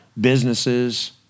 businesses